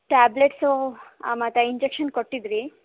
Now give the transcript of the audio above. tablets ಮತ್ತು injection ಕೊಟ್ಟಿದ್ದಿರಿ